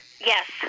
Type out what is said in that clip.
yes